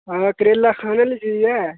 हां करेला खाने आह्ली चीज ऐ